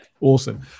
Awesome